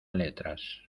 letras